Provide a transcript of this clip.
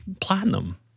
platinum